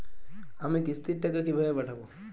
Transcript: আমি কিস্তির টাকা কিভাবে পাঠাব?